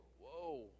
Whoa